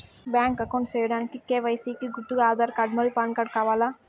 Bank account సేయడానికి KYC కి గుర్తుగా ఆధార్ కార్డ్ మరియు పాన్ కార్డ్ కావాలా?